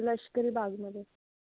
लष्करी बागमध्ये